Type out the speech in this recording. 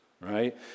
right